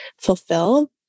fulfill